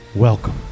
Welcome